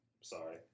Sorry